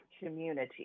community